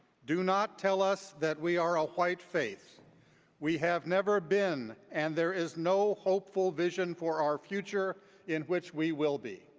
do not tell us that we are a white faith we have never been and there is no hopeful vision for our future in which we will be.